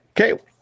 Okay